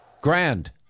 Grand